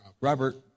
Robert